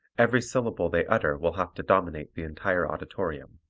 every syllable they utter will have to dominate the entire auditorium.